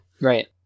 right